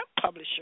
publisher